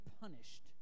punished